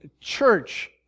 church